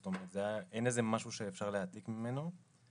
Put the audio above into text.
זאת אומרת אין איזה משהו שאפשר להעתיק ממנו,